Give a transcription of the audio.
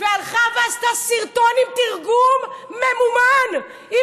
שהלכה ועשתה סרטון עם תרגום ממומן עם